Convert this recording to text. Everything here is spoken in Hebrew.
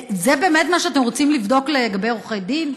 זה באמת מה שאתם רוצים לבדוק לגבי עורכי דין?